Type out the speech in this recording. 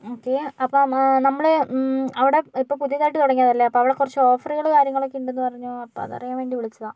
okay അപ്പോൾ നമ്മൾ അവിടെ ഇപ്പോൾ പുതിയതായിട്ട് തുടങ്ങിയത് അല്ലെ അപ്പോൾ അവിടെ കുറച്ച് ഓഫർ കാര്യങ്ങളൊക്കെ ഉണ്ടെന്നു പറഞ്ഞു അപ്പോൾ അതറിയാൻ വേണ്ടി വിളിച്ചതാ